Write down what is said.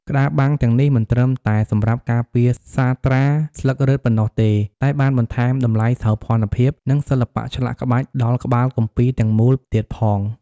ក្តារបាំងទាំងនេះមិនត្រឹមតែសម្រាប់ការពារសាត្រាស្លឹករឹតប៉ុណ្ណោះទេ តែបានបន្ថែមតម្លៃសោភ័ណភាព និងសិល្បៈឆ្លាក់ក្បាច់ដល់ក្បាលគម្ពីរទាំងមូលទៀតផង។